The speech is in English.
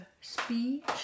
speech